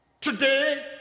Today